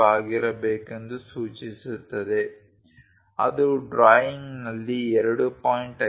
5 ಆಗಿರಬೇಕೆಂದು ಸೂಚಿಸುತ್ತದೆ ಅದು ಡ್ರಾಯಿಂಗ್ನಲ್ಲಿ 2